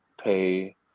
pay